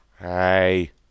Hey